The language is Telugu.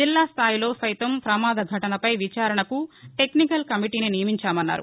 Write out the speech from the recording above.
జిల్లా స్థాయిలో సైతం ప్రమాద ఘటనపై విచారణకు బెక్నికల్ కమిటీని నియమించామన్నారు